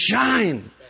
shine